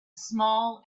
small